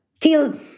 till